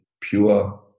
pure